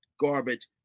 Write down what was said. garbage